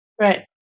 Right